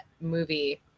movie